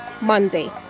Monday